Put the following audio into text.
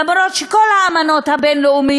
למרות העובדה שכל האמנות הבין-לאומיות